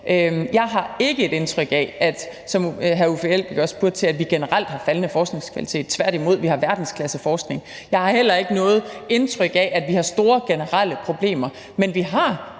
spurgte til, at vi generelt har faldende forskningskvalitet – tværtimod, vi har verdensklasse forskning. Jeg har heller ikke noget indtryk af, at vi har store generelle problemer, men vi har